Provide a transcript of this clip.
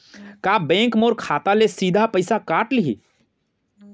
का बैंक मोर खाता ले सीधा पइसा काट लिही?